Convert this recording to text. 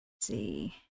see